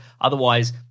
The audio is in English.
Otherwise